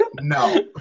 No